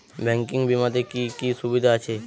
Banking বিমাতে কি কি সুবিধা আছে?